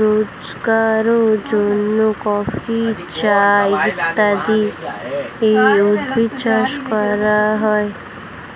রোজগারের জন্য কফি, চা ইত্যাদি উদ্ভিদ চাষ করা হয়